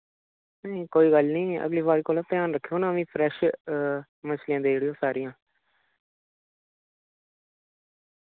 नेईं कोई गल्ल नी अगली बारी कोला ध्यान रक्खेओ ना मिं फ्रैश मछलियां देई ओड़ेओ सारियां